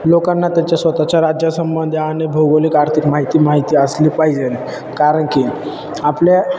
लोकांना त्यांच्या स्वतःच्या राज्यासंबंधी आणि भौगोलिक आर्थिक माहिती माहिती असली पाहिजे कारण की आपल्या